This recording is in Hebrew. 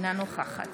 נוכחת